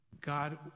God